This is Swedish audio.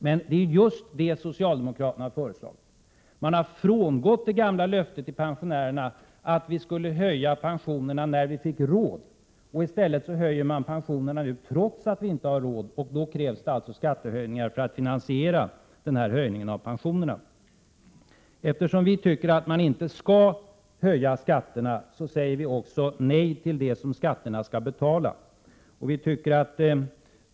Men det är just en höjning socialdemokraterna har föreslagit. Socialdemokraterna har frångått sitt gamla löfte till pensionärerna om att höja pensionerna när vi får råd. I stället har socialdemokraterna höjt pensionerna, trots att vi inte har råd. För att finansiera denna höjning av pensionerna krävs det alltså en skattehöjning. Eftersom vi anser att vi inte skall höja skatterna, säger vi nej till det som skatterna skall betala.